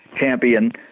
champion